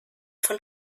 von